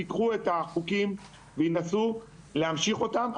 ייקחו את החוקים וינסו להמשיך אותם.